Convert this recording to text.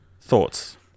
Thoughts